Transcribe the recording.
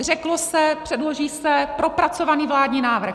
Řeklo se, předloží se propracovaný vládní návrh.